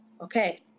Okay